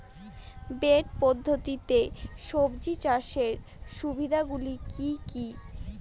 Bed পদ্ধতিতে সবজি চাষের সুবিধাগুলি কি কি?